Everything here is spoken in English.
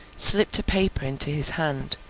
slipped a paper into his hand,